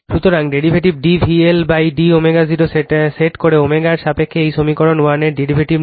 সুতরাং derivative d VLd ω0 set করে ω এর সাপেক্ষে এই সমীকরণ 1 এর ডেরিভেটিভ নিন